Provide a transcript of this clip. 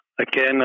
again